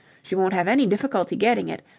she won't have any difficulty getting it,